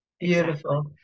Beautiful